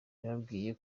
yababwiye